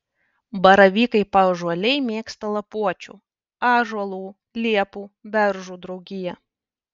baravykai paąžuoliai mėgsta lapuočių ąžuolų liepų beržų draugiją